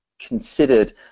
considered